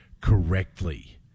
correctly